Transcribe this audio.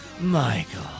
Michael